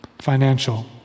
financial